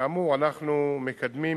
כאמור, אנחנו מקדמים.